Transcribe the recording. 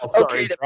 okay